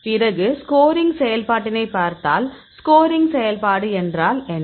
பிறகு ஸ்கோரிங் செயல்பாட்டினை பார்த்தால் ஸ்கோரிங் செயல்பாடு என்றால் என்ன